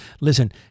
Listen